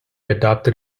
adopted